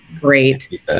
great